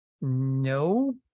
No